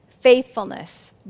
faithfulness